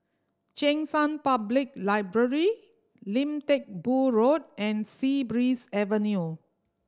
Cheng San Public Library Lim Teck Boo Road and Sea Breeze Avenue